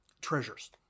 treasures